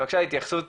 בבקשה התייחסות